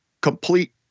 complete